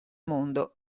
mondo